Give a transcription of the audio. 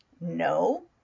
No